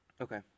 Okay